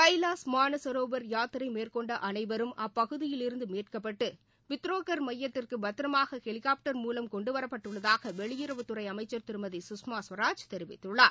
கைலாஷ் மானச்ரோவர் யாத்திரை மேற்கொண்ட அனைவரும் அப்பகுதியிலிருந்து மீட்கப்பட்டு பித்தோராகர் மையத்திற்கு பத்திரமாக ஹெலிகாப்டர் மூலம் கொண்டு வரப்பட்டுள்ளதாக வெளியுறவுத்துறை அமைச்சர் திருமதி சுஷ்மா ஸ்வராஜ் தெரிவித்துள்ளார்